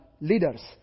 leaders